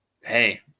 hey